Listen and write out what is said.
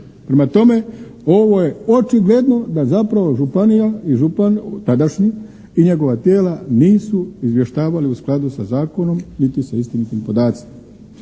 Prema tome, ovo je očigledno da zapravo županija i župan tadašnji i njegova tijela nisu izvještavali u skladu sa zakonom niti sa istinitim podacima.